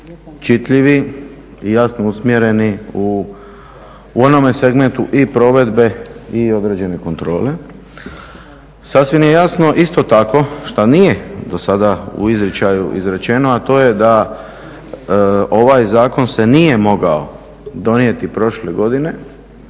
čitljivi i jasno usmjereni u onome segmentu i provedbe i određene kontrole. Sasvim je jasno isto tako što nije do sada u izričaju izrečeno, a to je da ovaj zakon se nije mogao donijeti prošle godine,